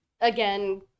Again